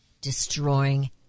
destroying